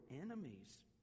enemies